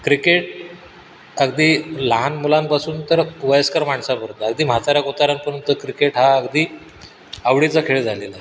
cricket अगदी लहान मुलांपासून तर वयस्कर माणसापर्यंत अगदी म्हाताऱ्या कोताऱ्यांपर्यंत क्रिकेट हा अगदी आवडीचा खेळ झालेला आहे